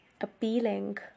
Appealing